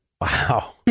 Wow